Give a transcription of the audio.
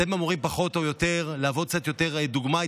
אתם אמורים פחות או יותר להוות קצת יותר דוגמה,